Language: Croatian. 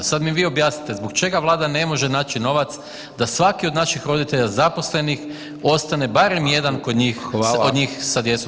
Sad mi vi objasnite zbog čega Vlada ne može naći novac da svaki od naših roditelja zaposlenih ostane barem jedan kod njih, od njih sa djecom doma.